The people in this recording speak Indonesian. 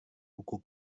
buku